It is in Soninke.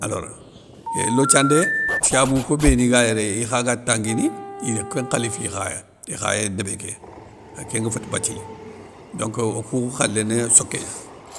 Alors lothiandé, tiyabounko béni ga yéré ikha ga tanguini, ire kén nkhalifi ikhaya, ikhaya débé ké, kénga féti bathily, donc okou khalé ni soké gna,